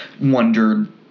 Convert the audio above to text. wondered